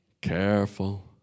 Careful